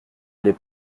les